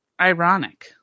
ironic